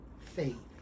faith